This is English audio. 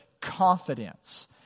confidence